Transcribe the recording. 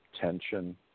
tension